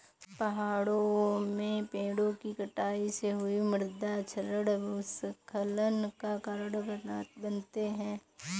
पहाड़ों में पेड़ों कि कटाई से हुए मृदा क्षरण भूस्खलन का कारण बनते हैं